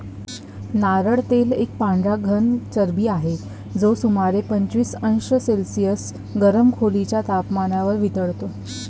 नारळ तेल एक पांढरा घन चरबी आहे, जो सुमारे पंचवीस अंश सेल्सिअस गरम खोलीच्या तपमानावर वितळतो